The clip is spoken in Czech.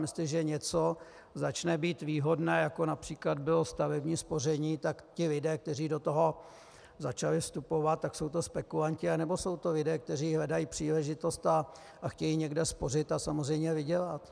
Jestliže něco začne být výhodné, jako například bylo stavební spoření, tak ti lidé, kteří do toho začali vstupovat, tak jsou to spekulanti, nebo jsou to lidé, kteří hledají příležitost, chtějí někde spořit a samozřejmě vydělat?